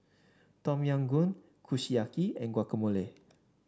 Tom Yam Goong Kushiyaki and Guacamole